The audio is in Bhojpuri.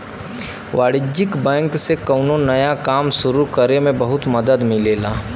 वाणिज्यिक बैंक से कौनो नया काम सुरु करे में बहुत मदद मिलेला